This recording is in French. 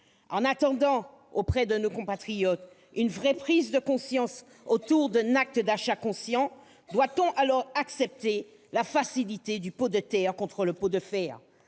En attendant chez nos compatriotes une véritable prise de conscience autour d'un acte d'achat conscient, doit-on accepter la facilité du pot de terre contre le pot de fer ?